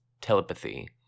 telepathy